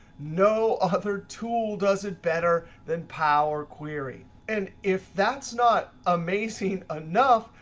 no other tool does it better than power query. and if that's not amazing enough,